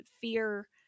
fear